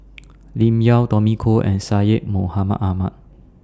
Lim Yau Tommy Koh and Syed Mohamed Ahmed